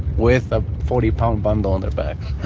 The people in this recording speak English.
with a forty pound bundle on their back,